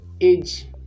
age